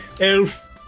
Elf